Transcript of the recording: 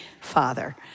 father